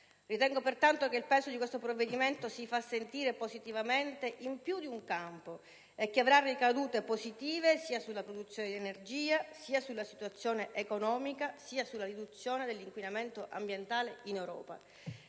Ritengo pertanto che il peso di questo provvedimento si farà sentire positivamente in più di un campo e avrà ricadute positive sia sulla produzione di energia, sia sulla situazione economica, sia sulla riduzione dell'inquinamento ambientale in Europa.